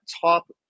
top